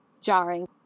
jarring